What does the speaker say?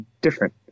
different